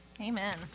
Amen